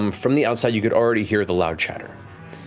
um from the outside, you could already hear the loud chatter.